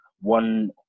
one